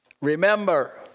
Remember